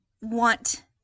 want